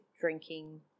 drinking